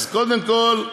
אז קודם כול,